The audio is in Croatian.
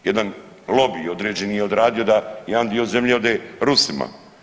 Jedan lobij određeni je odradio da jedan dio zemlje ode Rusima.